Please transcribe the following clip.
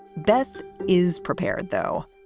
beth is prepared, though,